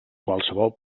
qualsevol